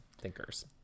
thinkers